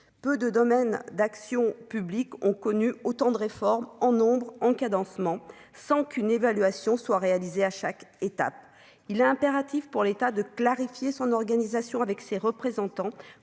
peu de domaines d'action publique ont connu autant de réformes en nombre un cadencement sans qu'une évaluation soit réalisé à chaque étape, il est impératif pour l'état de clarifier son organisation avec ses représentants,